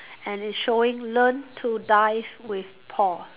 and it's showing learn to dive with Paul